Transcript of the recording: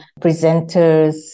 presenters